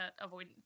avoid